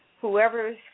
Whoever